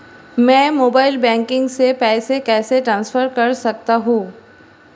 मैं mobile banking से पैसे कैसे ट्रांसफर कर सकता हूं?